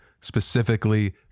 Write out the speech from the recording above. Specifically